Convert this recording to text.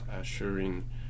assuring